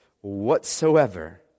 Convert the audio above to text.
whatsoever